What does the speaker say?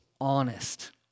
honest